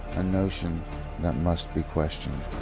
a notion that must be questioned.